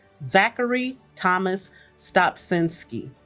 zachary thomas stopczynski